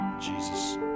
Jesus